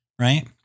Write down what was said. Right